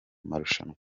marushanwa